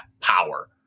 power